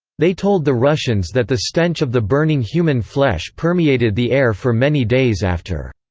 they told the russians that the stench of the burning human flesh permeated the air for many days after.